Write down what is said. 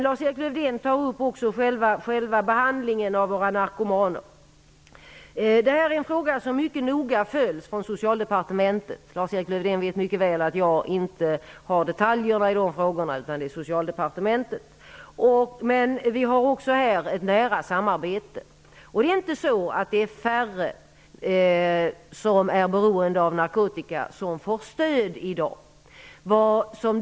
Lars-Erik Lövdén tog också upp själva behandlingen av våra narkomaner. Det är en fråga som följs mycket noga från Socialdepartementet. Lars-Erik Lövdén vet mycket väl att jag inte har detaljerna i dessa frågor, utan att det är Socialdepartementet som har dem. Men också i denna fråga har vi ett mycket nära samarbete. Det är inte så att färre narkotikaberoende får stöd i dag.